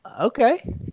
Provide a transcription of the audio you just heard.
Okay